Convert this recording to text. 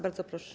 Bardzo proszę.